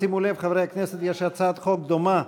שימו לב, חברי הכנסת, יש הצעת חוק דומה,